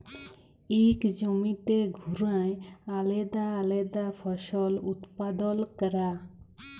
ইক জমিতে ঘুরায় আলেদা আলেদা ফসল উৎপাদল ক্যরা